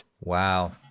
Wow